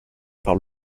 par